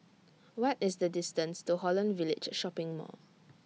What IS The distance to Holland Village Shopping Mall